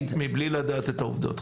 המסר.